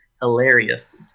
hilarious